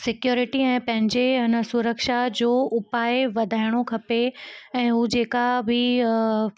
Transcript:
security ऐं पंहिंजे एन सुरक्षा जो उपाए वधाइणो खपे ऐं उहा जेका बि